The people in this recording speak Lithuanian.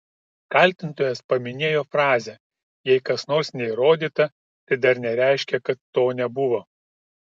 kaltintojas paminėjo frazę jei kas nors neįrodyta tai dar nereiškia kad to nebuvo